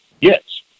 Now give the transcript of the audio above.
yes